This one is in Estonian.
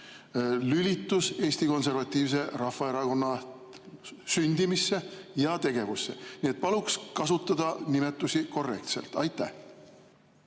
lülitus Eesti Konservatiivse Rahvaerakonna sündimisse ja tegevusse. Nii et paluks kasutada nimetusi korrektselt. Aitäh,